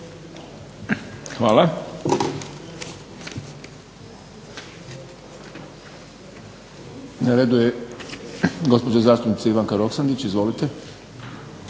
Hvala. Na redu je gospođa zastupnica Ivanka Roksandić, izvolite.